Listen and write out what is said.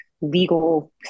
legal